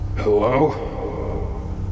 Hello